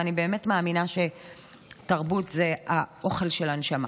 ואני באמת מאמינה שתרבות זה האוכל של הנשמה.